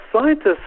scientists